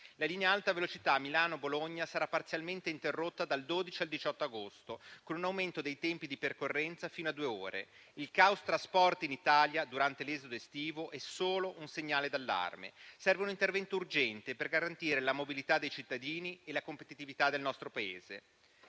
La linea Alta Velocità Milano-Bologna sarà parzialmente interrotta dal 12 al 18 agosto, con un aumento dei tempi di percorrenza fino a due ore. Il caos trasporti in Italia durante l'esodo estivo è solo un segnale d'allarme. Serve un intervento urgente per garantire la mobilità dei cittadini e la competitività del nostro Paese.